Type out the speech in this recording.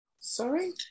Sorry